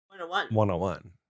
101